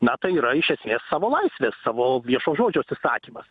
na tai yra iš esmės savo laisvės savo viešo žodžio atsisakymas